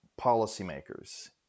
policymakers